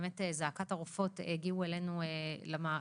באמת של "זעקת הרופאות", הגיעו אלינו לוועדה